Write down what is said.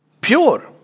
Pure